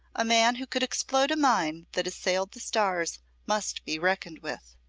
a man who could explode a mine that assailed the stars must be reckoned with.